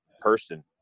person